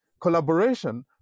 collaboration